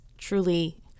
truly